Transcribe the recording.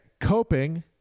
coping